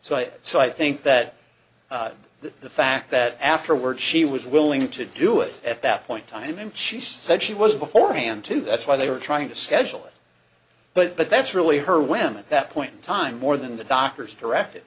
so i so i think that that the fact that afterward she was willing to do it at that point time in chief said she was beforehand too that's why they were trying to schedule it but but that's really her women at that point in time more than the doctor's direct